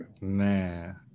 man